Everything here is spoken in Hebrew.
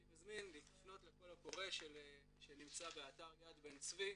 אני מזמין לפנות לקול הקורא שנמצא באתר יד בן-צבי.